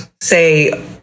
say